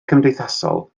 cymdeithasol